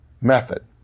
method